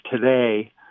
today